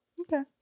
Okay